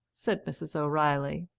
said mrs. o'reilly.